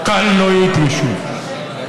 חבר הכנסת גליק, אינו נוכח.